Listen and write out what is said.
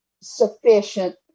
sufficient